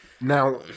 Now